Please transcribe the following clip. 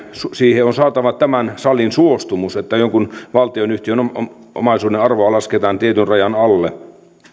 siihen on saatava tämän salin suostumus että jonkun valtionyhtiön omaisuuden arvoa lasketaan tietyn rajan alle